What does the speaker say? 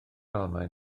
almaen